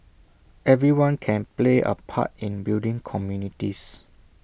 everyone can play A part in building communities